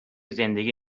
زندگی